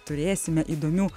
turėsime įdomių